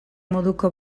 moduko